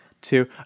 two